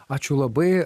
ačiū labai